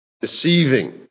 deceiving